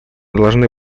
должны